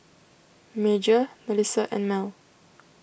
Major Melissa and Mell